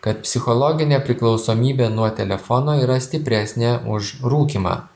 kad psichologinė priklausomybė nuo telefono yra stipresnė už rūkymą